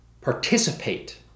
participate